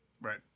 Right